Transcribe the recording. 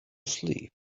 sleep